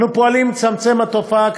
אנו פועלים לצמצום התופעה.